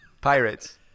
Pirates